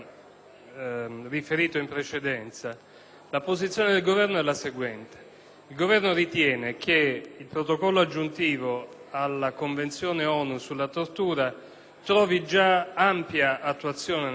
Il Governo ritiene che il protocollo aggiuntivo alla Convenzione ONU sulla tortura trovi già ampia attuazione nell'ordinamento italiano. Non si tratta di una sola norma che reprime